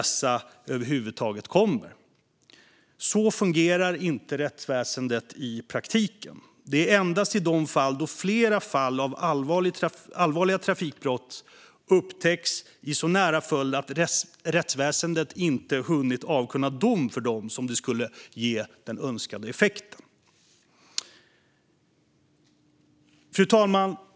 Så fungerar inte rättsväsendet i praktiken. Det är endast då flera fall av allvarliga trafikbrott upptäcks i så nära följd att rättsväsendet inte hunnit avkunna dom för dem som det skulle ge den önskade effekten. Fru talman!